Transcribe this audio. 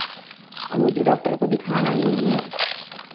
मुझे डॉक्टर को दिखाना नहीं है